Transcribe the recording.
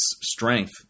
strength